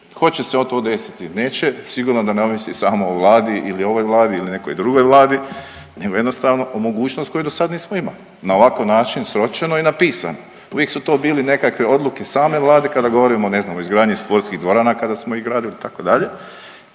Hoće se to desiti, neće sigurno da ne ovisi samo o vladi ili ovoj vladi ili nekoj drugoj vladi nego jednostavno o mogućnost koju do sada nismo imali na ovakav način sročeno i napisano. Uvijek su to bile nekakve odluke same vlade kada govorimo ne znam o izgradnji sportskih dvorana kada smo ih gradili itd.